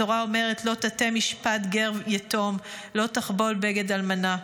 התורה אומרת: "לא תטה משפט גר יתום ולא תַחֲבֹל בגד אלמנה".